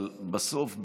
אבל בסוף,